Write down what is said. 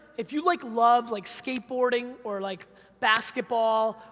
if you like love, like skateboarding or like basketball,